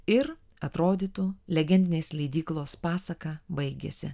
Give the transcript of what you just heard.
ir atrodytų legendinės leidyklos pasaka baigėsi